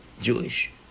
Jewish